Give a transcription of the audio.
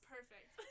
Perfect